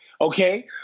Okay